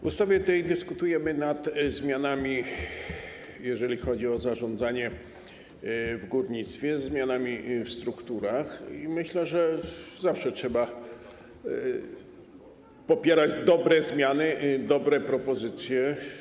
My sobie tutaj dyskutujemy nad zmianami, jeżeli chodzi o zarządzanie w górnictwie, zmianami w strukturach i myślę, że zawsze trzeba popierać dobre zmiany, dobre propozycje.